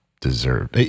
deserve